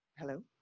Hello